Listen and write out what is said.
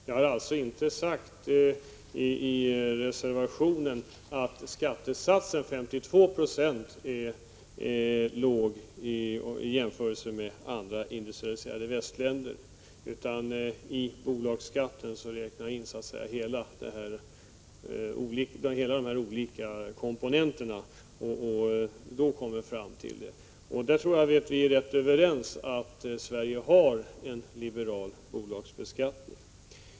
Jag har alltså inte påstått i reservationen att skattesatsen 52 > är låg i jämförelse med andra industrialiserade västländer, utan i bolagsskatten räknar jag så att säga in de olika komponenterna, och då kommer jag fram till min slutsats. Jag tror att vi är överens om att Sverige i den meningen har en rätt liberal bolagsbeskattning.